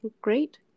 Great